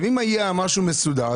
אם היה משהו מסודר,